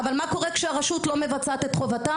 אבל מה קורה כאשר הרשות לא מבצעת את חובתה?